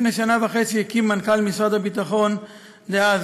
לפני כשנה וחצי הקים מנכ"ל משרד הביטחון דאז,